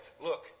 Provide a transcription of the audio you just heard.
Look